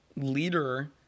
leader